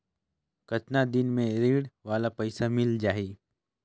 कतना दिन मे ऋण वाला पइसा मिल जाहि?